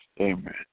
Amen